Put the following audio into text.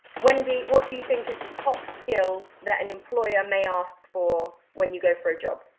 wendy, what do you think is the top skill that an employer may ask for when you go for a job?